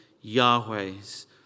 Yahweh's